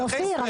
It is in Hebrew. אבל אופיר,